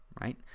right